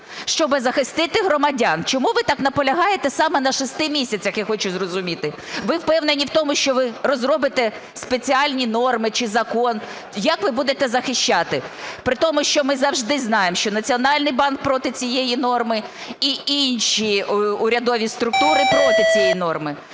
щоб захистити громадян? Чому ви так наполягаєте саме на 6 місяцях, я хочу зрозуміти. Ви впевнені в тому, що ви розробите спеціальні норми чи закон? Як ви будете захищати? При тому що ми завжди знаємо, що Національний банк проти цієї норми і інші урядові структури проти цієї норми.